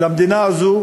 הבעיה, שלמדינה הזאת